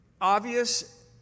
obvious